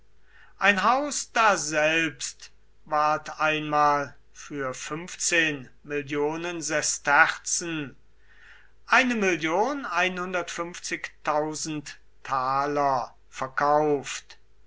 ein haus daselbst ward einmal für sesterzen verkauft